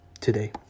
today